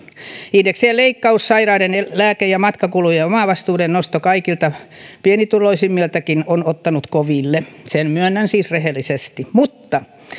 indeksien leikkaus ja sairaiden lääke ja matkakulujen omavastuun nosto kaikilta pienituloisimmiltakin ovat ottaneet koville sen myönnän siis rehellisesti mutta